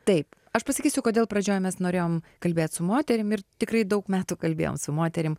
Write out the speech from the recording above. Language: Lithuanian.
taip aš pasakysiu kodėl pradžioj mes norėjom kalbėt su moterim ir tikrai daug metų kalbėjom su moterim